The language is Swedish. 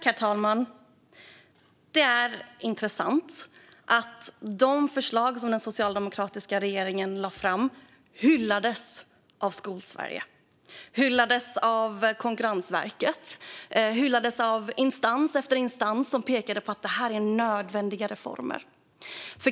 Herr talman! Det är intressant att de förslag som den socialdemokratiska regeringen lade fram hyllades av Skolsverige, av Konkurrensverket och av instans efter instans som pekade på att detta var nödvändiga reformer.